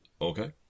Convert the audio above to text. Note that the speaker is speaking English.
Okay